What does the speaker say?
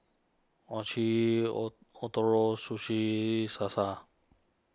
Mochi O Ootoro Sushi Salsa